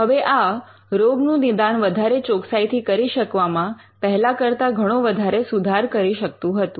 હવે આ રોગનું નિદાન વધારે ચોકસાઈથી કરી શકવામાં પહેલા કરતા ઘણો વધારે સુધાર કરી શકતું હતું